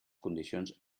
condicions